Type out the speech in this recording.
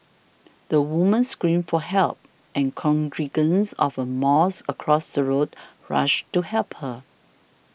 the woman screamed for help and congregants of a mosque across the road rushed to help her